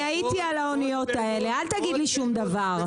אני הייתי על האוניות האלה אל תגיד שום דבר.